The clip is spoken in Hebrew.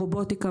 רובוטיקה,